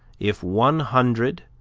if one hundred,